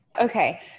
okay